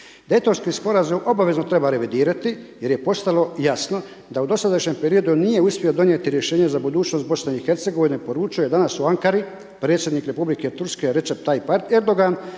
Daytonski sporazum obavezno treba revidirati jer je postalo jasno da u dosadašnjem periodu nije uspio donijeti rješenje za budućnost Bosne i Hercegovine, poručuje danas u Ankari, predsjednik Republike Turske, Recep Tayyip Erdogan